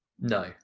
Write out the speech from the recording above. No